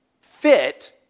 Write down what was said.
fit